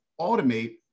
automate